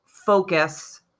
focus